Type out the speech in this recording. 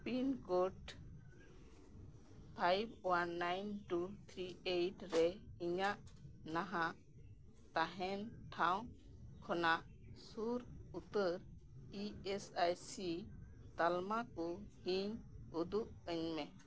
pincode five one nine two three eight ᱨᱮ ᱤᱧᱟᱹᱜ ᱱᱟᱦᱟᱜ ᱛᱟᱦᱮᱱ ᱴᱷᱟᱶ ᱠᱷᱚᱱᱟᱜ ᱥᱩᱨ ᱩᱛᱟᱹᱨ ᱤ ᱮᱥ ᱟᱭ ᱥᱤ ᱛᱟᱞᱢᱟ ᱠᱚ ᱤᱧ ᱩᱫᱩᱜ ᱟᱹᱧ ᱢᱮ